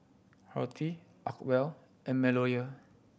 Horti Acwell and MeadowLea